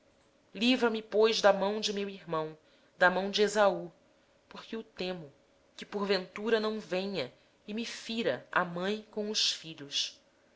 livra me peço-te da mão de meu irmão da mão de esaú porque eu o temo acaso não venha ele matar-me e a mãe com os filhos